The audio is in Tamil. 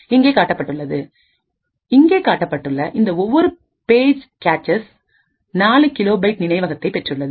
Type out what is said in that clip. இங்கே காட்டப்பட்டுள்ள இந்த ஒவ்வொரு பேஜ் கேட்செஸ் 4 கிலோ பைட் நினைவகத்தை பெற்றுள்ளது